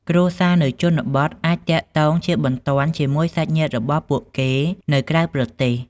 គ្រួសារនៅជនបទអាចទាក់ទងជាបន្ទាន់ជាមួយសាច់ញាតិរបស់ពួកគេនៅក្រៅប្រទេស។